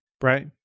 Right